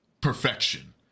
perfection